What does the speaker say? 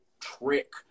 trick